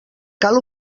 cal